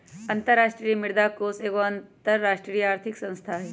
अंतरराष्ट्रीय मुद्रा कोष एगो अंतरराष्ट्रीय आर्थिक संस्था हइ